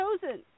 chosen